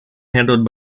handled